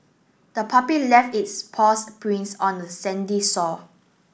the puppy left its paws prints on the sandy sore